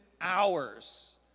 hours